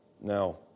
Now